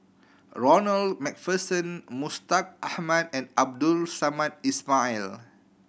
Ronald Macpherson Mustaq Ahmad and Abdul Samad Ismail